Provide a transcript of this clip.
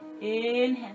Inhale